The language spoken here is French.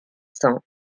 cents